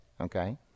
okay